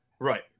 Right